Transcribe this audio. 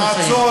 תן לו לסיים.